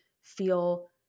feel